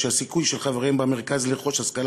שהסיכוי של חבריהם במרכז לרכוש השכלה